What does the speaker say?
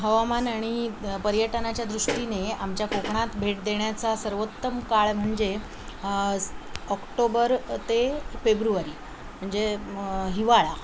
हवामान आणि पर्यटनाच्या दृष्टीने आमच्या कोकणात भेट देण्याचा सर्वोत्तम काळ म्हणजे ऑक्टोबर ते फेब्रुवारी म्हणजे हिवाळा